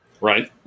Right